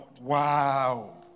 wow